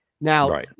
Now